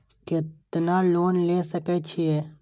केतना लोन ले सके छीये?